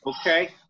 okay